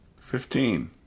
Fifteen